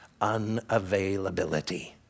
unavailability